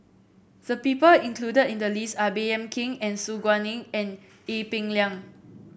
the people included in the list are Baey Yam Keng and Su Guaning and Ee Peng Liang